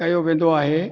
कयो वेंदो आहे